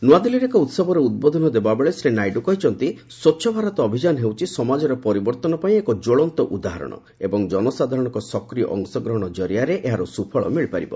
ନୁଆଦିଲ୍ଲୀରେ ଏକ ଉତ୍ସବରେ ଉଦ୍ବୋଧନ ଦେଲାବେଳେ ଶ୍ରୀ ନାଇଡୁ କହିଛନ୍ତି ସ୍ୱଚ୍ଚ ଭାରତ ଅଭିଯାନ ହେଉଛି ସମାଜରେ ପରିବର୍ତ୍ତନ ପାଇଁ ଏକ ଜ୍ୱଳନ୍ତ ଉଦାହରଣ ଏବଂ ଜନସାଧାରଣଙ୍କ ସକ୍ରିୟ ଅଂଶଗ୍ରହଣ କରିଆରେ ଏହାର ସୁଫଳ ମିଳିପାରିବ